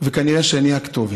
וכנראה שאני הכתובת.